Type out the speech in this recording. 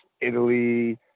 Italy